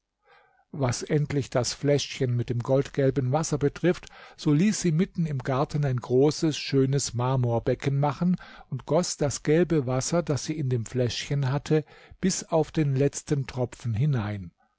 was endlich das fläschchen mit dem goldgelben wasser betrifft so ließ sie mitten im garten ein großes schönes marmorbecken machen und goß das gelbe wasser das sie in dem fläschchen hatte bis auf den letzten tropfen hinein